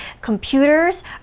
computers